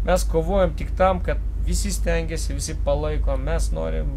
mes kovojam tik tam ka visi stengiasi visi palaiko mes norim